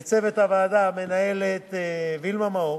לצוות הוועדה, למנהלת וילמה מאור